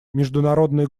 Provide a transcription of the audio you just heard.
международный